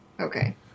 okay